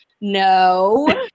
No